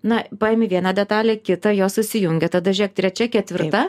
na paimi vieną detalę kitą jos susijungia tada žiūrėk trečia ketvirta